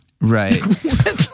right